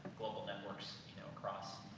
global networks, you know, across,